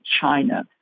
China